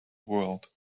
world